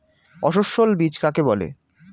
অসস্যল বীজ কাকে বলে?